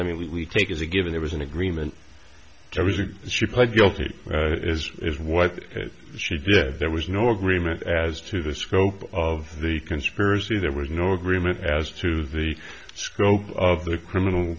i mean we take as a given it was an agreement she pled guilty as is what she did there was no agreement as to the scope of the conspiracy there was no agreement as to the scope of the criminal